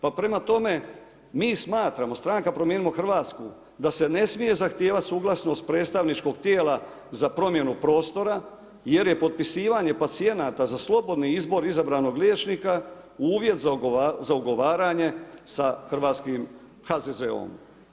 Pa prema tome, mi smatramo, stranka Promijenimo Hrvatsku, da se ne smije zahtijevati suglasnost predstavničkog tijela za promjenu prostora, jer je potpisivanje pacijenata za slobodni izbor izabranog liječnika uvjet za ugovaranje sa HZZO-om.